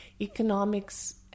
economics